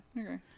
okay